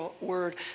word